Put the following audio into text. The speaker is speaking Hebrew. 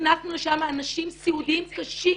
הכנסנו לשם אנשים סיעודיים קשים